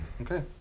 Okay